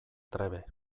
trebe